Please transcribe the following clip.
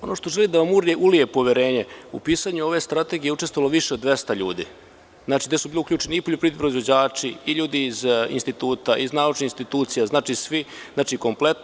Ono što želim da vam ulije poverenje, u pisanju ove strategije učestvovalo je više od 200 ljudi, gde su bili uključeni i poljoprivredni proizvođači i ljudi iz instituta, iz naučnih institucija, itd.